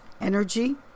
energy